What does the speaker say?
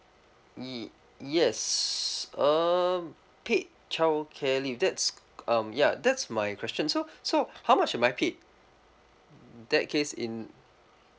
y~ yes um paid childcare leave that's um ya that's my question so so how much am I paid that case in